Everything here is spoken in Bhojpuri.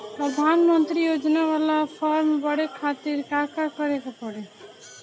प्रधानमंत्री योजना बाला फर्म बड़े खाति का का करे के पड़ी?